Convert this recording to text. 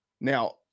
Now